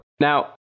Now